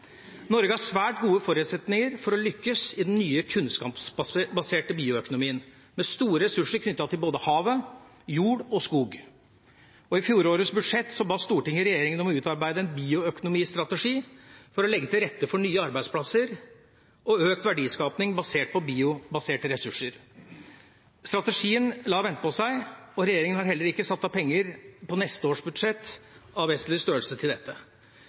Norge har svært gode forutsetninger for å lykkes i den nye kunnskapsbaserte bioøkonomien med store ressurser knyttet til både hav, jord og skog. I fjorårets budsjett ba Stortinget regjeringen om å utarbeide en bioøkonomistrategi for å legge til rette for nye arbeidsplasser og økt verdiskaping basert på biobaserte ressurser. Strategien lar vente på seg, og regjeringen har heller ikke satt av penger av vesentlig størrelse til dette på neste års budsjett.